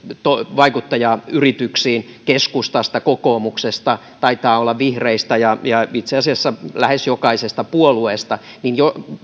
vaikuttajayrityksiin keskustasta kokoomuksesta taitaa olla vihreistä ja ja itse asiassa lähes jokaisesta puolueesta niin